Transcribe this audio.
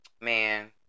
Man